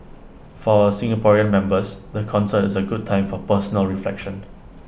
for our Singaporean members the concert is A good time for personal reflection